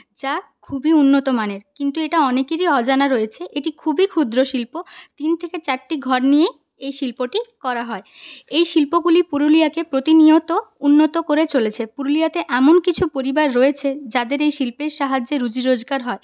যা খুবই উন্নত মানের কিন্তু এটি অনেকেরই অজানা রয়েছে এটি খুবই ক্ষুদ্র শিল্প তিন থেকে চারটি ঘর নিয়ে এই শিল্পটি করা হয় এই শিল্পগুলি পুরুলিয়াকে প্রতিনিয়ত উন্নত করে চলেছে পুরুলিয়াতে এমন কিছু পরিবার রয়েছে যাদের এই শিল্পের সাহায্যে রুজি রোজগার হয়